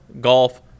Golf